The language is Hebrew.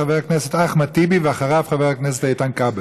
חבר הכנסת אחמד טיבי, ואחריו, חבר הכנסת איתן כבל.